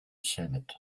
senate